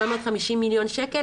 750 מיליון שקל,